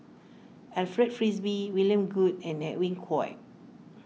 Alfred Frisby William Goode and Edwin Koek